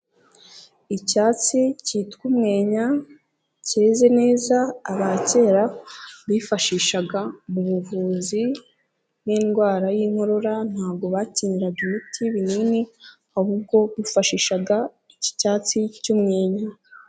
Icyatsi kitwa umwenya keze neza aba kera bifashishaga mu buvuzi bw'indwara y'inkorora, ntabwo bakeneraga imiti, ibinini ahubwo bifashishaga iki cyatsi cy'umwenya.